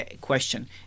question